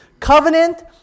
Covenant